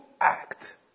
act